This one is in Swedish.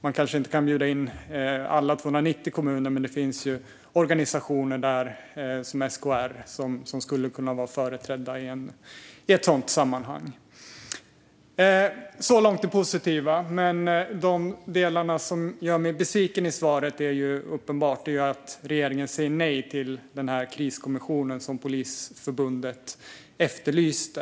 Man kanske inte kan bjuda in alla 290 kommuner, men det finns organisationer, som SKR, som skulle kunna vara företrädda i ett sådant sammanhang. Så långt det positiva, men vilken del av svaret som gör mig besviken är uppenbart: att regeringen säger nej till den kriskommission som Polisförbundet efterlyste.